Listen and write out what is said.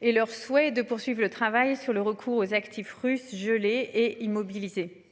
Et leur souhait de poursuivre le travail sur le recours aux actifs russes gelés et immobilisé.